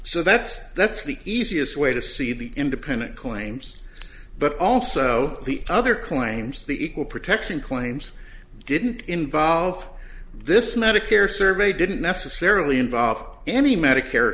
so that's that's the easiest way to see the independent claims but also the other claims the equal protection claims didn't involve this medicare survey didn't necessarily involve any medicare